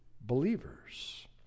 believers